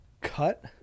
cut